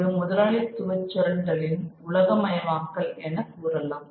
இது முதலாளித்துவச் சுரண்டலின் உலகமயமாக்கல் எனக் கூறலாம்